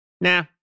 nah